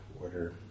order